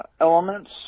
elements